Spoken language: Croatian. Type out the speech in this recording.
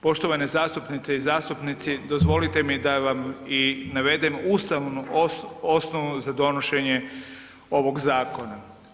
Poštovani zastupnice i zastupnici, dozvolite mi da vam i navedem ustavnu osnovu za donošenje ovog zakona.